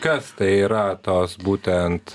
kas tai yra tos būtent